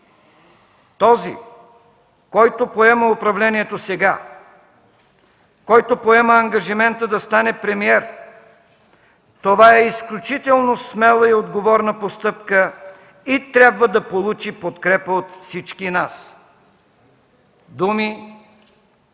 „Този, който поема управлението сега и поеме ангажимента да стане премиер, това е изключително смела и отговорна постъпка и трябва да получи подкрепа от всички нас” – думи,